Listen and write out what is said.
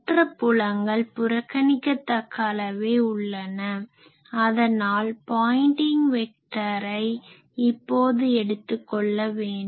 மற்ற புலங்கள் புறக்கணிக்கத்தக்க அளவே உள்ளன அதனால் பாயின்ட்டிங் வெக்டாரை இப்போது எடுத்துக்கொள்ள வேண்டும்